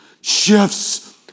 shifts